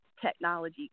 technology